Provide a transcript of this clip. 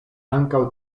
ankaŭ